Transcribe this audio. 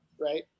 right